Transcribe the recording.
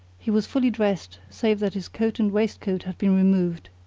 he was fully dressed save that his coat and waistcoat had been removed.